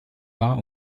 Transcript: war